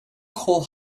coal